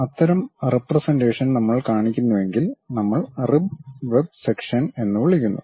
അത്തരം റെപ്രെസെൻ്റേഷൻ നമ്മൾ കാണിക്കുന്നുവെങ്കിൽ നമ്മൾ റിബ് വെബ് സെക്ഷൻ എന്ന് വിളിക്കുന്നു